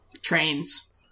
Trains